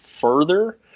further